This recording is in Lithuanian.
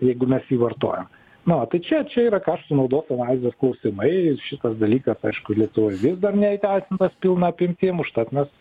jeigu mes jį vartojam na tai čia čia yra kaštų naudos analizės klausimai ir šitas dalykas aišku lietuvoj vis dar neįteisintas pilna apimtim užtat mes